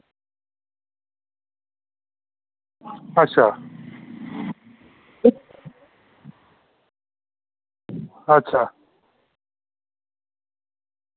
अच्छा अच्छा